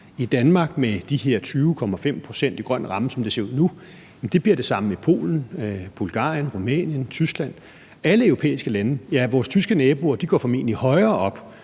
i Danmark – med de her 20,5 pct. i grøn ramme, som det ser ud nu – bliver det samme i Polen, Bulgarien, Rumænien, Tyskland; alle europæiske lande. Ja, vores tyske naboer går formentlig højere op